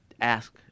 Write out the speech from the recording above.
ask